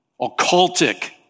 occultic